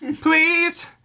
Please